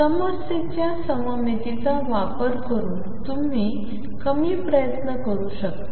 समस्येच्या सममितीचा वापर करून तुम्ही कमी प्रयत्न करू शकता